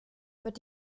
wird